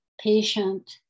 patient